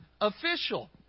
official